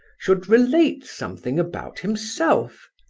should relate something about himself.